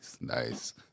Nice